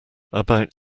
about